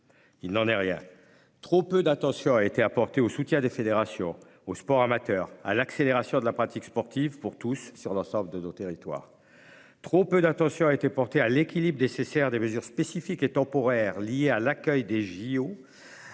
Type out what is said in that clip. Il n'en est rien. Trop peu d'attention a été portée au soutien des fédérations, au sport amateur ou à l'accélération de la pratique sportive pour tous sur l'ensemble de nos territoires. Trop peu d'attention a été portée à l'équilibre des mesures spécifiques et temporaires liées à l'accueil des